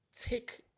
Take